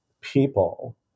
people